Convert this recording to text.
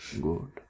Good